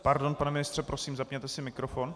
Pardon, pane ministře, prosím, zapněte si mikrofon.